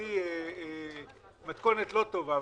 לדעתי מתכונת לא טובה.